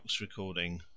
recording